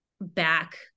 back